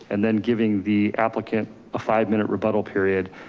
and then giving the applicant a five minute rebuttal period.